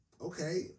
Okay